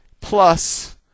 plus